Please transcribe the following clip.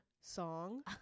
song